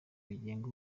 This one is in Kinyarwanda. rigenga